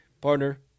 partner